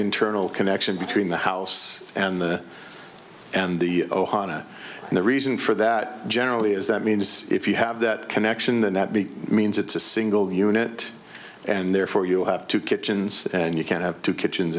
internal connection between the house and the and the ohana and the reason for that generally is that means if you have that connection then that big means it's a single unit and therefore you'll have two kitchens and you can't have two kitchens